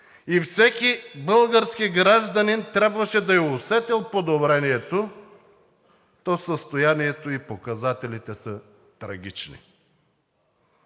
и всеки български гражданин трябваше да е усетил подобрението, то състоянието и показателите са трагични.